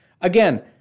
Again